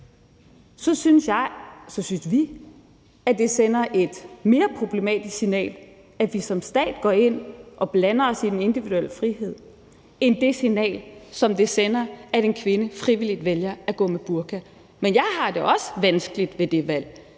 et frit valg, synes vi, at det sender et mere problematisk signal, at vi som stat går ind og blander os i den individuelle frihed, end det signal, som det sender, at en kvinde frivilligt vælger at gå med burka. Men jeg har det også vanskeligt med det valg.